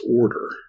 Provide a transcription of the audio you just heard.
order